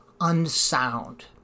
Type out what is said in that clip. unsound